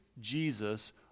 Jesus